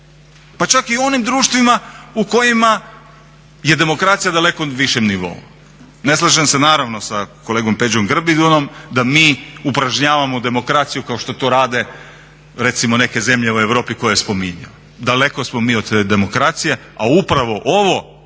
pa čak i u onim društvima u kojima je demokracija na daleko višem nivou. Ne slažem se naravno sa kolegom Peđom Grbinom da mi upražnjavamo demokraciju kao što to rade recimo neke zemlje u Europi koje je spominjao, daleko smo mi od te demokracije, a upravo ovo